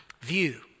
view